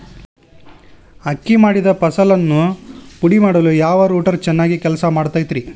ಅಕ್ಕಿ ಮಾಡಿದ ಫಸಲನ್ನು ಪುಡಿಮಾಡಲು ಯಾವ ರೂಟರ್ ಚೆನ್ನಾಗಿ ಕೆಲಸ ಮಾಡತೈತ್ರಿ?